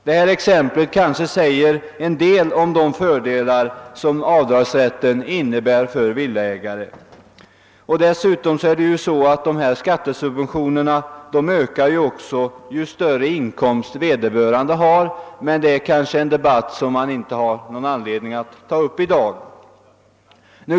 Detta exempel kanske säger en del om de fördelar som avdragsrätten innebär för villaägaren. Dessutom ökar skattesubventionerna med inkomsten, men det är kanske en fråga som vi inte har någon anledning att ta upp i dag.